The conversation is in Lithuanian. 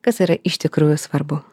kas yra iš tikrųjų svarbu